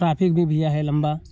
traffic भी भैया है लम्बा